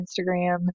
instagram